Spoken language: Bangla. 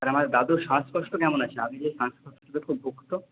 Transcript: আর আমার দাদুর শ্বাসকষ্ট কেমন আছে আগে যে শ্বাসকষ্টতে খুব ভুগতো